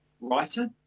writer